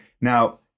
Now